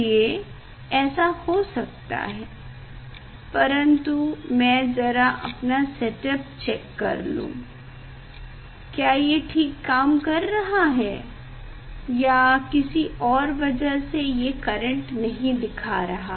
इसलिए ऐसा हो रहा है परंतु मैं जरा अपना सेट अप चेक कर लूँ क्या ये ठीक काम कर रहा है या किसी और वजह से ये करेंट नहीं दिखा रहा